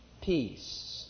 peace